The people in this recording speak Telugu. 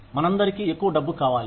మనందరికీ ఎక్కువ డబ్బు కావాలి